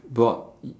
brought